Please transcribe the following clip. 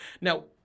Now